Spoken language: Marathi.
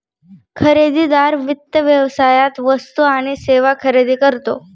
खरेदीदार वित्त व्यवसायात वस्तू आणि सेवा खरेदी करतो